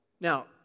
Now